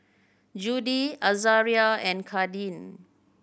Judie Azaria and Kadin